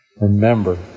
remember